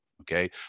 Okay